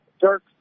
Dirk